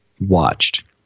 watched